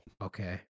okay